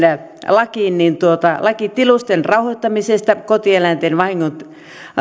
lakiin lakiin tilusten rauhoittamisesta kotieläinten